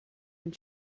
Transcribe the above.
and